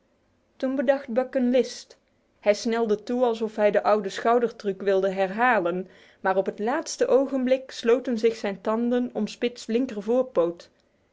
toen bedacht buck een list hij snelde toe alsof hij de oude schoudertruc wilde herhalen maar op het laatste ogenblik sloten zich zijn tanden om spitz